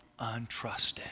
untrusted